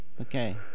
Okay